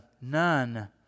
none